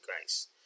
grace